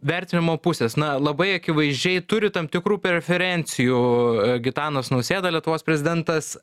vertinimo pusės na labai akivaizdžiai turi tam tikrų preferencijų gitanas nausėda lietuvos prezidentas